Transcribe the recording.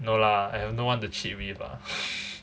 no lah I have no one to cheat with lah